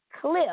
clip